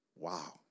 wow